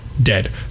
dead